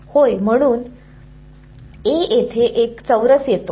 होय म्हणूनच A येथे एक चौरस येतो